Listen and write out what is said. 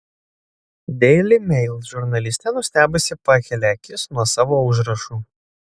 daily mail žurnalistė nustebusi pakelia akis nuo savo užrašų